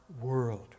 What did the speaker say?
world